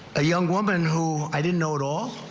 ah young woman who i didn't know at all.